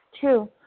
Two